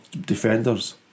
defenders